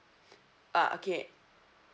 ah okay